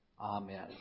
Amen